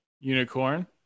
unicorn